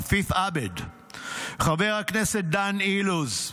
עפיף עבד, חבר הכנסת דן אילוז,